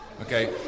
Okay